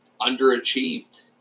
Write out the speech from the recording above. underachieved